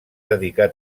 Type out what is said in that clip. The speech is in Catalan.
dedicar